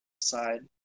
side